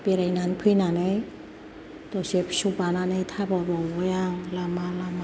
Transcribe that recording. बेरायनानै फैनानै दसे फिसौ बानानै थाबाय बावबाय आं लामा लामानो